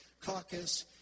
Caucus